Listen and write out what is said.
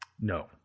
No